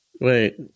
Wait